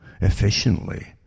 efficiently